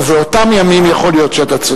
"ובאותם ימים" יכול להיות שאתה צודק.